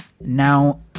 Now